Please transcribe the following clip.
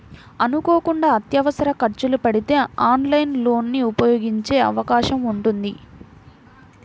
అనుకోకుండా అత్యవసర ఖర్చులు పడితే ఆన్లైన్ లోన్ ని ఉపయోగించే అవకాశం ఉంటుంది